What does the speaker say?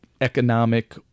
economic